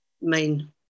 main